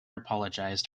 apologised